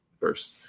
first